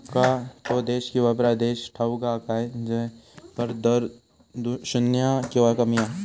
तुमका तो देश किंवा प्रदेश ठाऊक हा काय झय कर दर शून्य किंवा कमी हा?